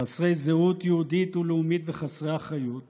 חסרי זהות יהודית ולאומית וחסרי אחריות